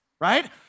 right